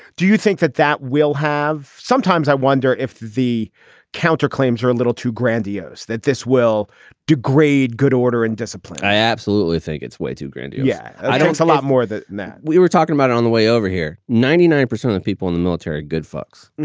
do you think that that will have. sometimes i wonder if the counterclaims are a little too grandiose that this will degrade good order and discipline i absolutely think it's way too grand. yeah i don't see a lot more than that. we were talking about it on the way over here. ninety nine percent of people in the military, good folks, and